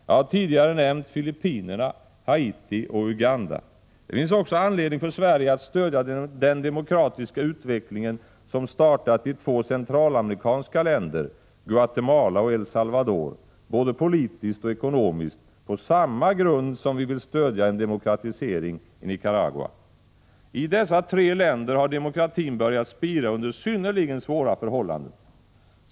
Jag har tidigare nämnt Filippinerna, Haiti och Uganda. Det finns också anledning för Sverige att stödja den demokratiska utveckling som startat i två centralamerikanska länder, Guatemala och El Salvador, både politiskt och ekonomiskt, på samma grund som vi vill stödja en demokratisering i Nicaragua. I dessa tre länder har demokratin börjat spira under synnerligen svåra förhållanden.